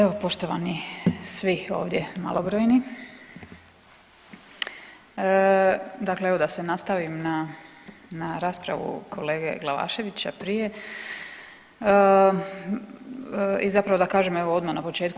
Evo poštovani svi ovdje malobrojni, dakle evo da se nastavim na raspravu kolege Glavaševića prije i zapravo da kažem evo odmah na početku.